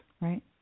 Right